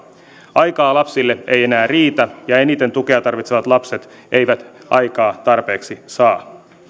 aikaa lapsille ei enää riitä ja eniten tukea tarvitsevat lapset eivät aikaa tarpeeksi saa